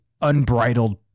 unbridled